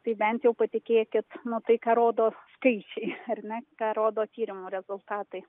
tai bent jau patikėkit nu tai ką rodo skaičiai ar ne ką rodo tyrimų rezultatai